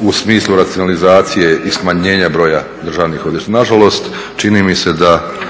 u smislu racionalizacije i smanjenja broja državnih odvjetništva. Nažalost čini mi se da